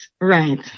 right